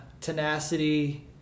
tenacity